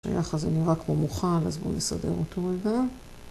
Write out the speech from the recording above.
הריח הזה נראה כמו מוכן, ‫אז בואו נסדר אותו רגע.